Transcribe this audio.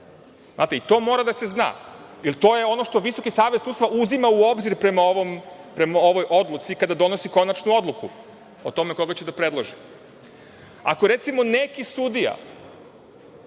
Znate i to mora da se zna, jer to je ono što Visoki savet sudstva uzima u obzir prema ovoj odluci, kada donosi konačnu odluku o tome koga će da predloži. Ako je recimo, neki sudija